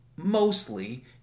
mostly